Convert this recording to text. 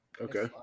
Okay